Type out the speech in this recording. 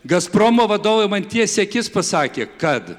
gazpromo vadovai man tiesiai į akis pasakė kad